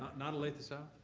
not olathe south?